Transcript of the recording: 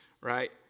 Right